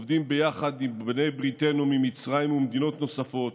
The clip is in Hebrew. ועובדים ביחד עם בני בריתנו ממצרים ומדינות נוספות